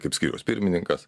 kaip skyriaus pirmininkas